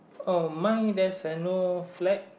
oh mine there's an old flag